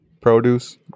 produce